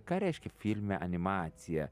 ką reiškia filme animacija